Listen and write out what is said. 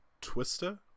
twister